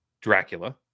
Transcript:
Dracula